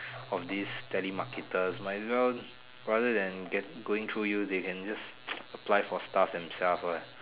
of these telemarketers might as well rather than get going through you they can just apply for stuff themselves lah